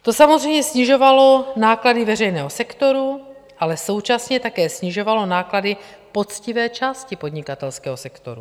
To samozřejmě snižovalo náklady veřejného sektoru, ale současně také snižovalo náklady poctivé části podnikatelského sektoru.